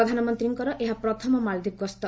ପ୍ରଧାନମନ୍ତ୍ରୀଙ୍କର ଏହା ପ୍ରଥମ ମାଳଦ୍ୱୀପ ଗସ୍ତ